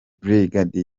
brig